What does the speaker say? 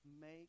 make